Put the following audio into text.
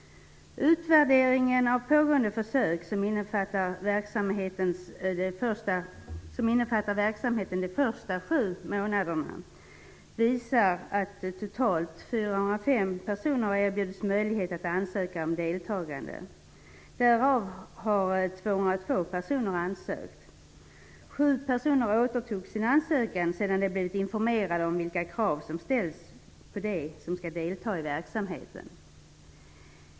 Utvärderingen av pågående försök, som innefattar verksamheten de första sju månaderna, visar att totalt 405 personer har erbjudits möjlighet att ansöka om deltagande. Därav har 202 personer ansökt. 7 personer återtog sin ansökan sedan de blivit informerade om vilka krav som ställs på dem som skall delta i verksamheten.